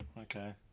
Okay